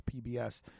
pbs